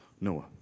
Noah